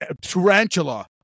tarantula